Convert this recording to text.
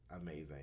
amazing